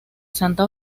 santa